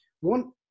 One